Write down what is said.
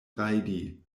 rajdi